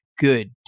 good